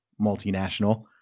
multinational